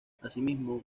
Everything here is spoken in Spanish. asimismo